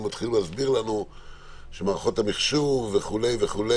ומתחילים להסביר לנו שמערכות המחשוב וכו' וכו',